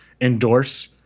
endorse